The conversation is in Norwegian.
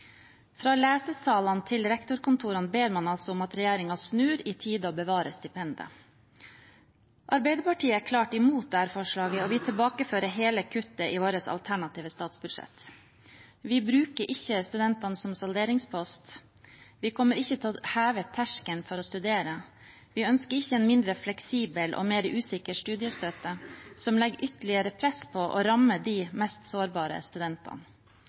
Fra lesesalene til rektorkontorene ber man altså om at regjeringen snur i tide og bevarer stipendet. Arbeiderpartiet er klart imot dette forslaget, og vi tilbakefører hele kuttet i vårt alternative statsbudsjett. Vi bruker ikke studentene som salderingspost, vi kommer ikke til å heve terskelen for å studere, og vi ønsker ikke en mindre fleksibel og mer usikker studiestøtte som legger ytterligere press på å ramme de mest sårbare studentene.